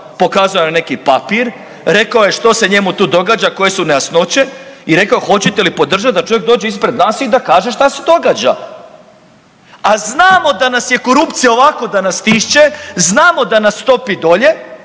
pokazao je neki papir, rekao je što se njemu tu događa, koje su nejasnoće i rekao hoćete li podržati da čovjek dođe ispred nas i da kaže što se događa, a znamo da nas je korupcija ovako da nas stišće, znamo da nas topi dolje